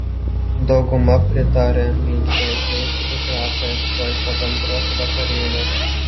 dauguma pritaria minčiai sueiti į klasę tuoj po bendros vakarienės